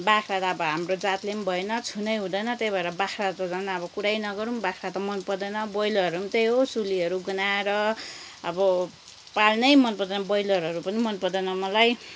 बाख्रा त अब हाम्रो जातले पनि भएन छुनै हुँदेन त्यही भएर बाख्रा त झन् अब कुरै नगरौँ बाख्रा त मनपर्दैन बोयलरहरू पनि त्यही हो सुलीहरू गन्हाएर अब पाल्नै मनपर्दैन बोयलरहरू पनि मनपर्दैन मलाई